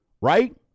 right